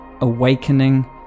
awakening